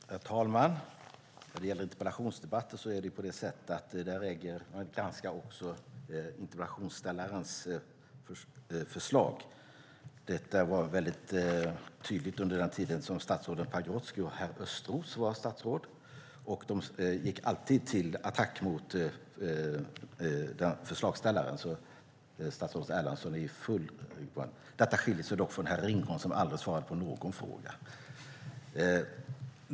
Herr talman! I interpellationsdebatter granskas interpellationsställarens förslag. Detta var väldigt tydligt under den tid som statsrådet Pagrotsky och herr Östros var statsråd. De gick alltid till attack mot förslagsställaren, så statsrådet Erlandsson är i sin fulla rätt att göra det. Detta skiljer sig dock från herr Ringholm som aldrig svarade på någon fråga.